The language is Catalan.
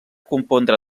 compondre